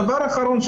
דבר אחרון,